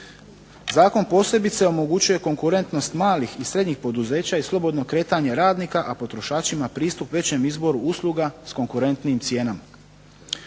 Zakon posebice omogućuje konkurentnost malih i srednjih poduzeća i slobodno kretanje radnika, a potrošačima pristup većem izboru usluga s konkurentnijim cijenama.